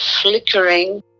flickering